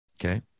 okay